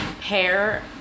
pair